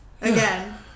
Again